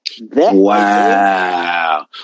Wow